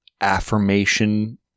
affirmation